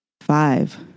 Five